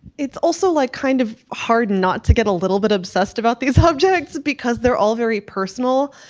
it's also like, kind of hard not to get a little bit obsessed about these subjects, because they're all very personal.